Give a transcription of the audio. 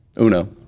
Uno